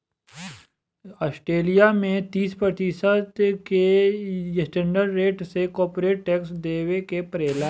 Australia में तीस प्रतिशत के स्टैंडर्ड रेट से कॉरपोरेट टैक्स देबे के पड़ेला